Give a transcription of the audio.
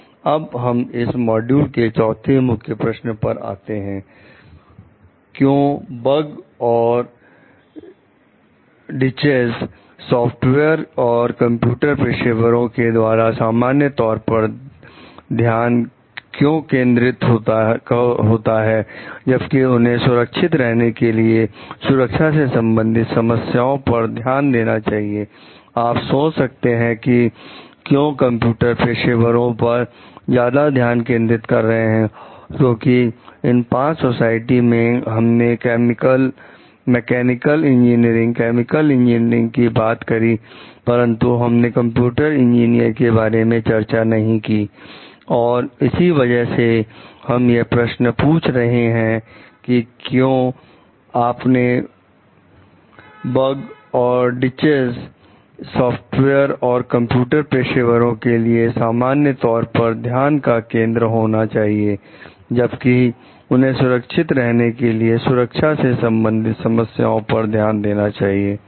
अब हम इस मॉड्यूल के चौथे मुख्य प्रश्न पर जाते हैं क्यों बग और डिचएस सॉफ्टवेयर और कंप्यूटर पेशेवरों के लिए सामान्य तौर पर ध्यान का केंद्र होना चाहिए जबकि उन्हें सुरक्षित रहने के लिए सुरक्षा से संबंधित समस्याओं पर ध्यान देना चाहिए